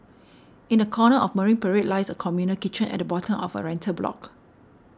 in a corner of Marine Parade lies a communal kitchen at the bottom of a rental block